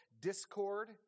discord